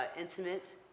Intimate